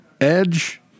Edge